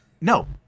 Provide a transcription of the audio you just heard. No